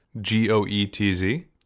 G-O-E-T-Z